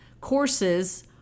courses